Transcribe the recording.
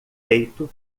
feito